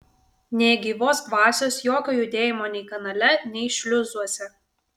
nė gyvos dvasios jokio judėjimo nei kanale nei šliuzuose